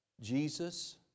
Jesus